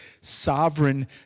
sovereign